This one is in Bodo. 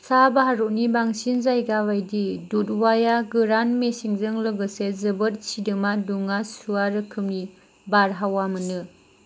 सा भारतनि बांसिन जायगा बायदि दुधवाया गोरान मेसेंजों लोगोसे जोबोद सिदोमा दुङा सुवा रोखोमनि बारहावा मोनो